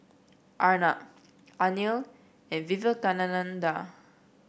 Arnab Anil and Vivekananda